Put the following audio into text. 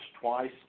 twice